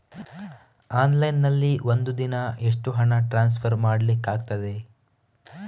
Online ನಲ್ಲಿ ಒಂದು ದಿನ ಎಷ್ಟು ಹಣ ಟ್ರಾನ್ಸ್ಫರ್ ಮಾಡ್ಲಿಕ್ಕಾಗ್ತದೆ?